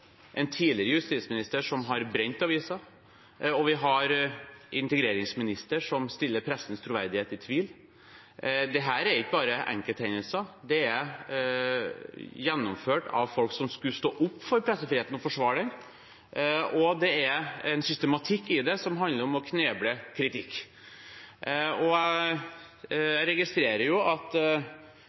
en tidligere justisminister som har brent aviser, og en integreringsminister som drar pressens troverdighet i tvil. Dette er ikke bare enkelthendelser. Det er gjennomført av folk som skulle stå opp for pressefriheten og forsvare den, og det er en systematikk i det som handler om å kneble kritikk. Jeg registrerer at dette får lov til å pågå uten at